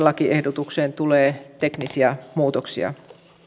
lakiehdotukseen tulee teknisiä muutoksia